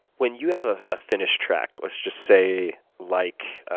when you have a ah finished track, let's just say like